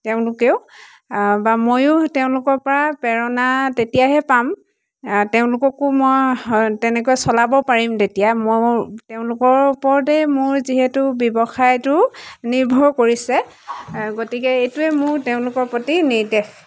তেওঁলোকেও বা ময়ো তেওঁলোকৰপৰা প্ৰেৰণা তেতিয়াহে পাম তেওঁলোককো মই তেনেকৈ চলাব পাৰিম তেতিয়া মই মোৰ তেওঁলোকৰ ওপৰতেই মোৰ যিহেতু ব্যৱসায়টো নিৰ্ভৰ কৰিছে গতিকে এইটোৱে মোৰ তেওঁলোকৰ প্ৰতি নিৰ্দেশ